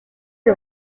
que